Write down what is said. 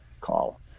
call